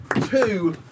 two